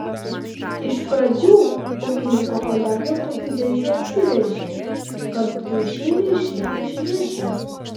iš pradžių ūkininko kolega tokių dėžių atsivežė kad kiaušiniai išliktų švieži